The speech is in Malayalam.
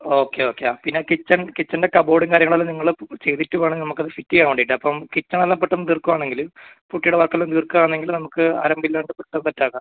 ഓക്കെ ഓക്കെ പിന്നെ കിച്ചൻ കിച്ചൻ്റെ കബോർഡും കാര്യങ്ങളും എല്ലാം നിങ്ങൾ ചെയ്തിട്ട് വേണം നമ്മൾക്ക് അത് ഫിറ്റ് ചെയ്യാൻ വേണ്ടിയിട്ട് അപ്പം കിച്ചൻ എല്ലാം പെട്ടെന്ന് തീർക്കുക ആണെങ്കിൽ പുട്ടിയുടെ വർക്ക് എല്ലാം തീർക്കുക ആണെങ്കിൽ നമുക്ക് അലമ്പ് ഇല്ലാണ്ട് പെട്ടെന്ന് സെറ്റാക്കാം